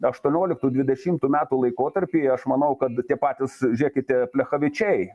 aštuonioliktų dvidešimų metų laikotarpį aš manau kad tie patys žiūrėkite plechavičiai